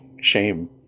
shame